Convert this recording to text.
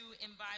invite